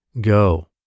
go